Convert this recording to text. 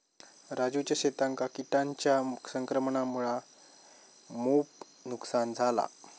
राजूच्या शेतांका किटांच्या संक्रमणामुळा मोप नुकसान झाला